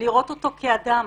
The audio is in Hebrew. ולראות אותו כאדם,